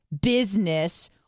business